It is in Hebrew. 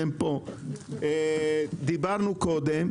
המכון הישראלי לתכנון כלכלי,